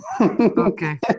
okay